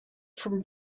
from